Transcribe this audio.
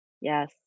yes